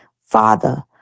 Father